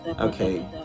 Okay